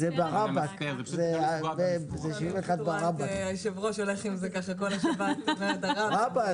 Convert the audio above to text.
הצבעה סעיף 85(71)(א) רבא אושר מי בעד סעיף 71(ב) רבא?